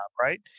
right